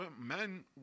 men